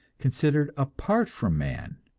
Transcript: considered apart from man.